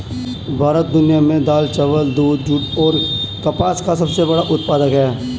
भारत दुनिया में दाल, चावल, दूध, जूट और कपास का सबसे बड़ा उत्पादक है